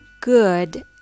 Good